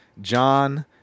John